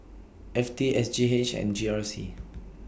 F T S G H and G R C